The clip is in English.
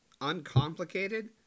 uncomplicated